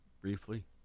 briefly